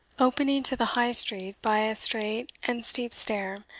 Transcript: opening to the high street by a straight and steep stair,